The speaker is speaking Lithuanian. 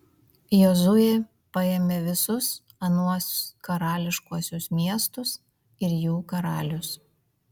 jozuė paėmė visus anuos karališkuosius miestus ir jų karalius